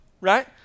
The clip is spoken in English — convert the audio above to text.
right